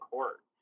Court